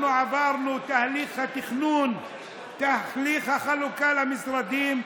אנחנו עברנו תהליך התכנון, תהליך החלוקה למשרדים,